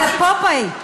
כן, אתה פופאי.